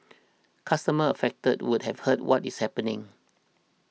customers affected would have heard what is happening